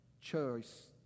choice